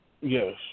Yes